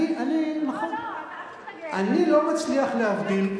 אני לא מצליח להבדיל.